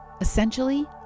Essentially